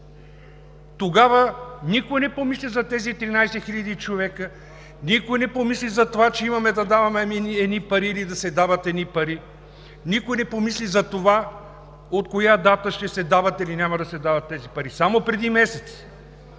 Тогава никой не помисли за тези 13 хиляди човека, никой не помисли за това, че имаме да даваме едни пари или да се дават едни пари, само преди месец никой не помисли за това от коя дата ще се дават или няма да се дават тези пари. Само преди месец!